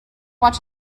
watch